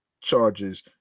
charges